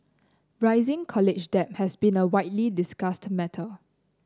rising college debt has been a widely discussed matter